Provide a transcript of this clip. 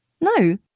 No